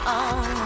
on